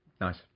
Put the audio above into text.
Nice